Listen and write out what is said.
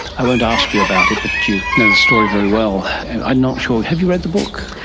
i won't ask you about it but you know the story very well. i'm not sure, have you read the book?